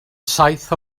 saith